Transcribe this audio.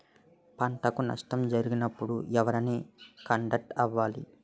పంటకు నష్టం జరిగినప్పుడు ఎవరిని కాంటాక్ట్ అవ్వాలి?